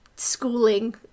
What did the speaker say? schooling